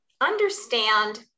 understand